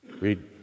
Read